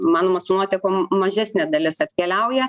manoma su nuotekom mažesnė dalis atkeliauja